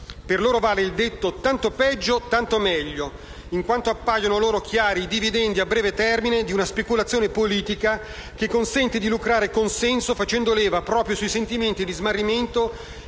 Per loro vale il detto «tanto peggio, tanto meglio», in quanto appaiono loro chiari i dividendi a breve termine di una speculazione politica, che consente di lucrare consenso, facendo leva proprio sui sentimenti di smarrimento e di legittima